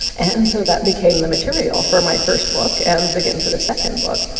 and so that became the material for my first book, and again for the second book.